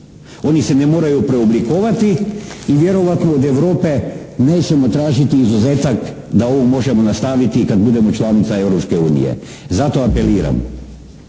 Oni se ne moraju preoblikovati i vjerojatno od Europe nećemo tražiti izuzetak da ovo možemo nastaviti i kad budemo članica Europske unije.